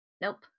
nope